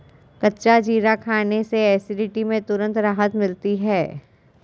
कच्चा जीरा खाने से एसिडिटी में तुरंत राहत मिलती है